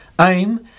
Aim